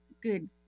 good